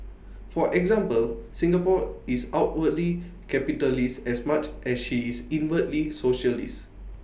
for example Singapore is outwardly capitalist as much as she is inwardly socialist